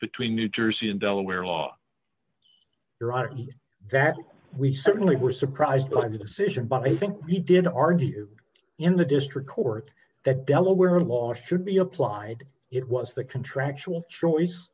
between new jersey and delaware law your honor that we certainly were surprised by the decision but i think we didn't argue in the district court that delaware law should be applied it was the contractual choice